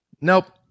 Nope